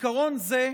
עיקרון זה,